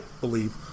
believe